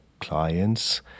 clients